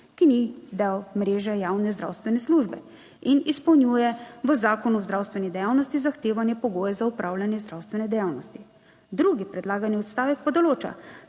ki ni del mreže javne zdravstvene službe in izpolnjuje v Zakonu o zdravstveni dejavnosti zahtevane pogoje za opravljanje zdravstvene dejavnosti. Drugi predlagani odstavek pa določa,